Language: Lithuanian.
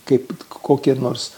kaip kokie nors